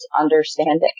understanding